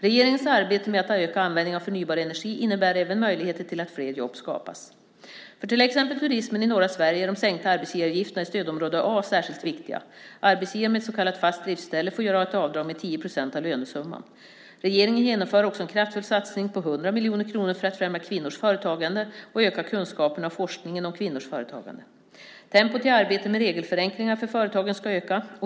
Regeringens arbete med att öka användningen av förnybar energi innebär även möjligheter till att fler jobb skapas. För till exempel turismen i norra Sverige är de sänkta arbetsgivaravgifterna i stödområde A särskilt viktiga. Arbetsgivare med ett så kallat fast driftställe får göra ett avdrag med 10 procent av lönesumman. Regeringen genomför också en kraftfull satsning på 100 miljoner kronor för att främja kvinnors företagande och öka kunskaperna och forskningen om kvinnors företagande. Tempot i arbetet med regelförenklingar för företagen ska öka.